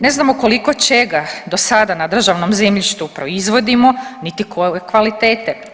Ne znamo koliko čega dosada na državnom zemljištu proizvodimo niti koje kvalitete.